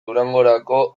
durangorako